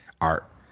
art